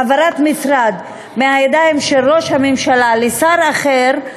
העברת משרד מהידיים של ראש הממשלה לשר אחר,